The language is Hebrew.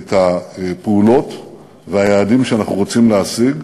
את הפעולות והיעדים שאנחנו רוצים להשיג.